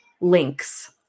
links